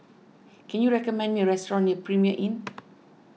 can you recommend me a restaurant near Premier Inn